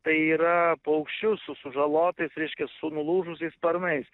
tai yra paukščius su sužalotais reiškia su nulūžusiais sparnais